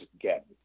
get